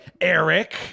Eric